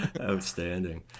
Outstanding